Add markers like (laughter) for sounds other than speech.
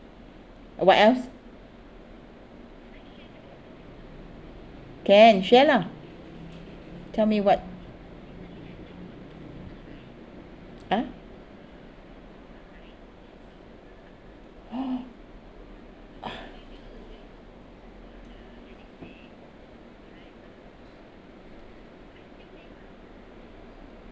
what else can share lah tell me what !huh! (noise)